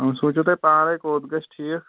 وۄنۍ سونٛچوٗ تۄہہِ پانَے کوٚت گژھِ ٹھیٖک